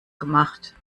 gemacht